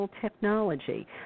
Technology